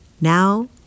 Now